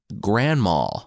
grandma